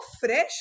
fresh